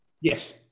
Yes